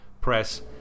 Press